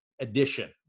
edition